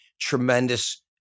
tremendous